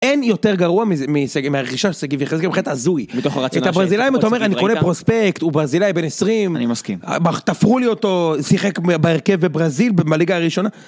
אין יותר גרוע מהרכישה של שגיב יחזקאל מבחינת הזוי. מתוך הרציונל שיש לך פרוספקט וברזילאי בין 20. אני מסכים. תפרו לי אותו, שיחק בהרכב בברזיל, בליגה הראשונה.